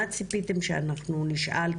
מה ציפיתם שאנחנו נשאל?